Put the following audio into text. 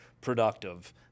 productive